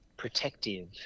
protective